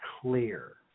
clear